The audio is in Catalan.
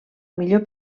millor